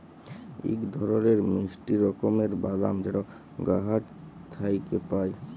ইক ধরলের মিষ্টি রকমের বাদাম যেট গাহাচ থ্যাইকে পায়